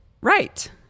Right